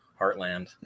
heartland